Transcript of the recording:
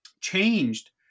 changed